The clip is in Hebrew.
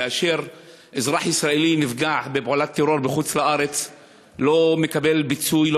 כאשר אזרח ישראלי נפגע בפעולת טרור בחוץ-לארץ הוא לא מקבל פיצוי,